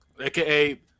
aka